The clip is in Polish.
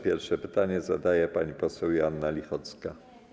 Pierwsze pytanie zadaje pani poseł Joanna Lichocka.